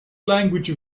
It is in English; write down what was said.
language